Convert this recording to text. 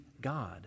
God